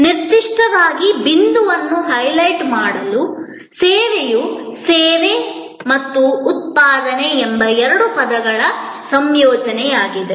ನಿರ್ದಿಷ್ಟವಾಗಿ ಬಿಂದುವನ್ನು ಹೈಲೈಟ್ ಮಾಡಲು ಸೇವೆಯು ಸೇವೆ ಮತ್ತು ಉತ್ಪಾದನೆ ಎಂಬ ಎರಡು ಪದಗಳ ಸಂಯೋಜನೆಯಾಗಿದೆ